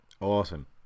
Awesome